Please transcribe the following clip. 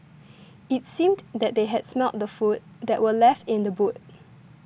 it seemed that they had smelt the food that were left in the boot